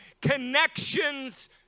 connections